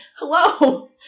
Hello